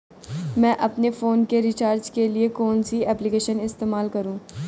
मैं अपने फोन के रिचार्ज के लिए कौन सी एप्लिकेशन इस्तेमाल करूँ?